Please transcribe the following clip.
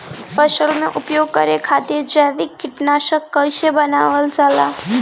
फसल में उपयोग करे खातिर जैविक कीटनाशक कइसे बनावल जाला?